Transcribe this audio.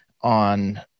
on –